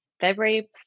February